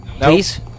Please